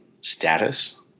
status